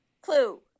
clue